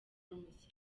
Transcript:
promises